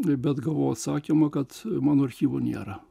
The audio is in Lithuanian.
bei bet gavau atsakymą kad mano archyvo nėra